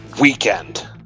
weekend